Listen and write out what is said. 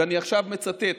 ואני עכשיו מצטט,